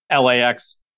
LAX